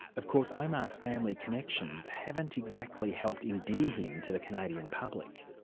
of course omar's family connections haven't exactly helped endear him to the canadian public.